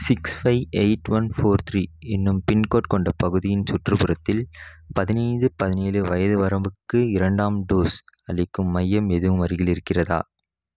six five eight one four three என்னும் pincode கொண்ட பகுதியின் சுற்றுப்புறத்தில் பதினைந்து பதினேழு வயது வரம்புக்கு இரண்டாம் டோஸ் அளிக்கும் மையம் எதுவும் அருகில் இருக்கிறதா